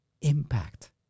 Impact